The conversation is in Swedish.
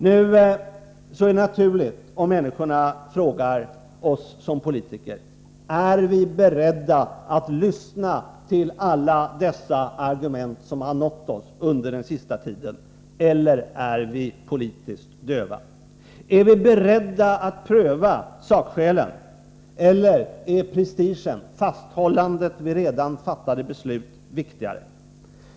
Nu är det naturligt om människorna frågar oss som politiker om vi är beredda att lyssna till alla dessa argument som nått oss under den senaste tiden eller om vi är politiskt döva. Är vi beredda att pröva sakskälen eller är prestigen — fasthållandet vid redan fattade beslut — viktigare?